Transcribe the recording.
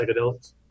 psychedelics